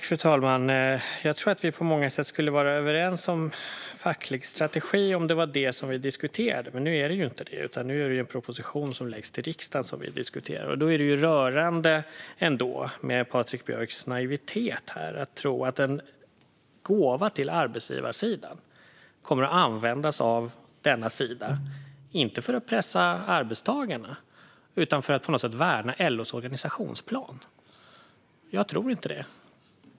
Fru talman! Jag tror att vi på många sätt skulle vara överens om facklig strategi om det var det som vi diskuterade. Men nu är det inte det. Det är en proposition som läggs fram till riksdagen som vi diskuterar. Det är ändå rörande med Patrik Björcks naivitet att tro att en gåva till arbetsgivarsidan kommer att användas av denna sida inte för att pressa arbetstagarna utan för att på något sätt värna LO:s organisationsplan. Jag tror inte det.